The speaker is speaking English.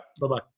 Bye-bye